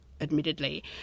admittedly